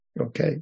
okay